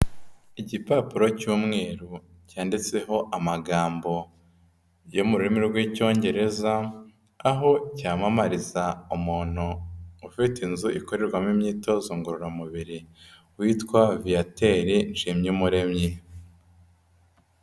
Igipapuro cy'umweru cyanditseho amagambo yo mu rurimi rw'Icyongereza, aho cyamamariza umuntu ufite inzu ikorerwamo imyitozo ngororamubiri witwa Viateur Nshimyumuremyi.